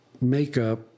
makeup